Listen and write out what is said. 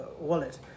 wallet